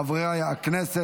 חברי הכנסת,